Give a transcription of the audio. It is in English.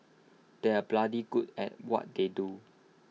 they are bloody good at what they do